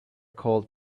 called